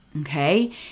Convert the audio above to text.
Okay